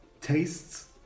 Tastes